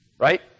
Right